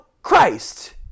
Christ